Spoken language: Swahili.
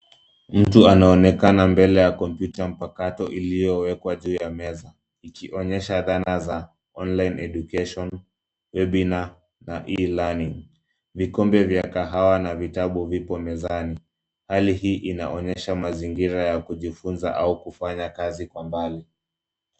Mtu anaonekana mbele ya kompyuta mpakatao iliyowekwa juu ya meza ikionyesha dhana za online education webinar na e-learning . Vikombe vya kahawa na vitabu vipo mezani. Hali hii inaonyesha mazingira ya kujifunza au kufanya kazi kwa mbali.